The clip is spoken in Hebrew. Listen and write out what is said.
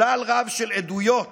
שלל רב של עדויות